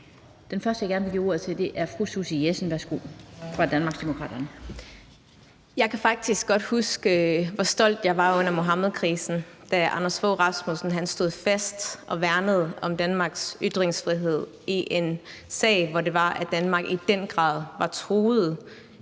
Danmarksdemokraterne. Værsgo. Kl. 17:43 Susie Jessen (DD): Jeg kan faktisk godt huske, hvor stolt jeg var under Muhammedkrisen, da Anders Fogh Rasmussen stod fast og værnede om Danmarks ytringsfrihed i en sag, hvor det var sådan, at Danmark i den grad var truet